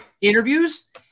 interviews